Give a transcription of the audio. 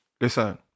listen